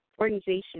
organization